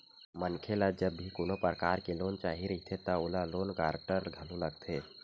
मनखे ल जब भी कोनो परकार के लोन चाही रहिथे त ओला लोन गांरटर घलो लगथे